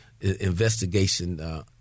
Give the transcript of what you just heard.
investigation